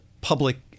public